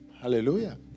Hallelujah